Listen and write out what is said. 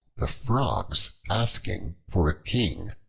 the frogs asking for a king